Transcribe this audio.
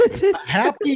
happy